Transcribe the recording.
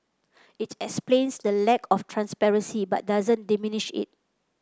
it explains the lack of transparency but doesn't diminish it